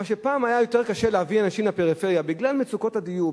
פעם היה יותר קשה להביא אנשים לפריפריה בגלל מצוקת הדיור,